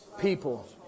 people